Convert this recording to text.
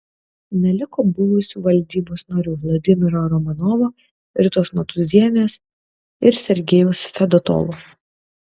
neliko buvusių valdybos narių vladimiro romanovo ritos matūzienės ir sergejaus fedotovo